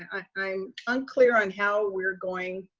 i'm unclear on how we're going